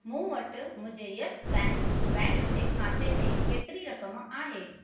मूं वटि मुंहिंजे येस बैंक बैंक जे खाते में केतिरी रक़म आहे